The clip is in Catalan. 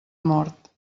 mort